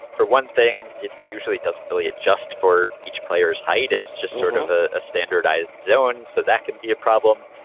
for one thing it usually doesn't really adjust for each player's height it's just sort of ah a standardized zone so that can be a problem.